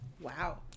Wow